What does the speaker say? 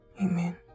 Amen